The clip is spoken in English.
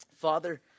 Father